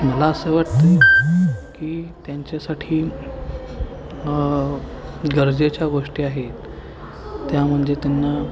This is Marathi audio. मला असं वाटतं की त्यांच्यासाठी गरजेच्या गोष्टी आहेत त्या म्हणजे त्यांना